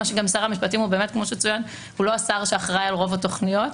כמו ששר המשפטים כמו שצוין הוא לא השר שאחראי לרוב התכניות,